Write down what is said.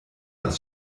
das